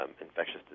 infectious